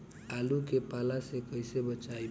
आलु के पाला से कईसे बचाईब?